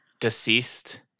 deceased